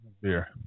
beer